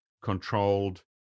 controlled